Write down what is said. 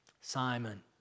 Simon